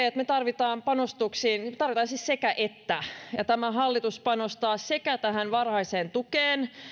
että me tarvitsemme panostuksia sekä että tämä hallitus panostaa varhaiseen tukeen